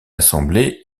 assemblée